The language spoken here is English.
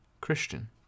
Christian